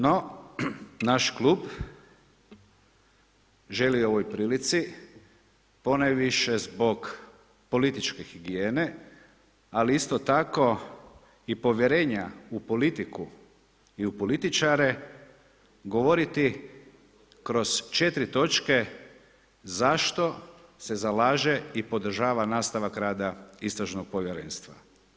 No, naš klub želi u ovoj prilici ponajviše zbog političke higijene, ali isto tako i povjerenja u politiku i u političare govoriti kroz četiri točke zašto se zalaže i podržava nastavak rada istražnog povjerenstva.